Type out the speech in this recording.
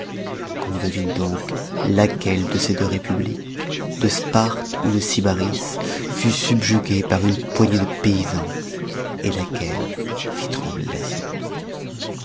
qu'on devine donc laquelle de ces deux républiques de sparte ou de sybaris fut subjuguée par une poignée de paysans laquelle fit trembler l'asie